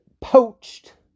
poached